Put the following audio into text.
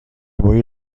مویی